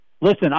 Listen